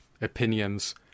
opinions